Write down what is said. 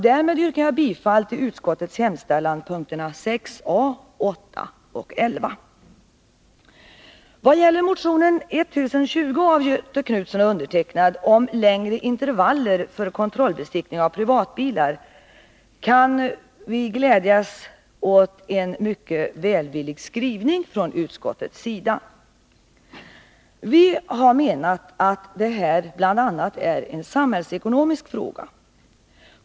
Därmed yrkar jag bifall till utskottets hemställan i punkterna 6a, 8 och 11. Vad gäller motionen 1981/82:1020 av Göthe Knutson och mig om längre intervaller för kontrollbesiktning av privatbilar kan vi glädja oss åt en mycket välvillig skrivning från utskottets sida. Vi har menat att det här bl.a. är en samhällsekonomisk fråga.